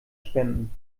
spenden